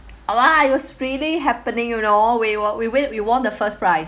!wah! it was really happening you know we were we wait we won the first prize